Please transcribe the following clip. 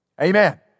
Amen